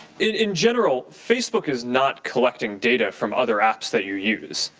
in general, facebook is not collecting data from other apps that you use.